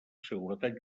seguretat